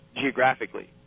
geographically